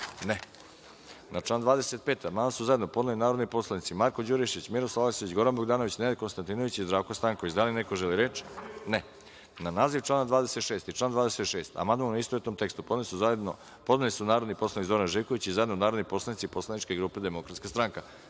(Ne)Na član 42. amandman su zajedno podneli narodni poslanici Marko Đurišić, Miroslav Aleksić, Goran Bogdanović, Nenad Konstantinović i Zdravko Stanković. Da li neko želi reč? (Ne)Na naziv člana 43. i član 43. amandman, u istovetnom tekstu, podneli su narodni poslanik Zoran Živković, i zajedno narodni poslanici Poslaničke grupe DS.Da li neko